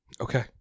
Okay